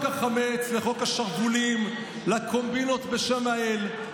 החמץ לווק השרוולים וקומבינות בשם האל?